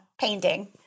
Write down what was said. painting